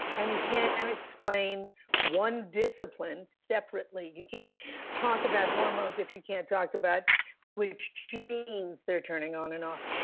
and you can't and explain one discipline separately. you can't talk about hormones if you can't talk about the genes their turning on and off.